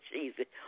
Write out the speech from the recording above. Jesus